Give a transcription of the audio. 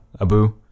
Abu